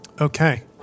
Okay